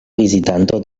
vizitanto